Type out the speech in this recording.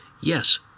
Yes